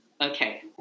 Okay